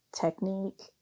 technique